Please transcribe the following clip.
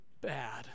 bad